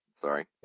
Sorry